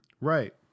right